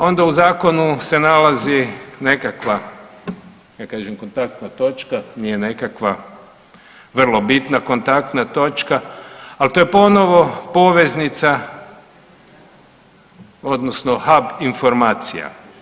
Onda u Zakonu se nalazi nekakva, ja kažem Kontaktna točka, nije nekakva, vrlo bitna Kontaktna točka, ali to je ponovo poveznica odnosno HUB informacija.